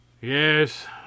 yes